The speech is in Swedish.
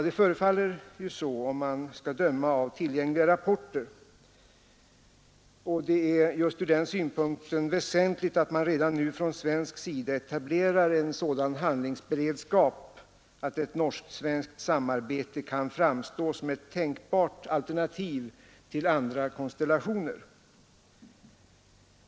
Det förefaller ju så om man skall döma av tillgängliga rapporter, och det är just ur den synpunkten väsentligt att man redan nu från svensk sida etablerar en sådan handlingsberedskap att ett norsktsvenskt samarbete kan framstå som ett tänkbart alternativ till andra konstellationer.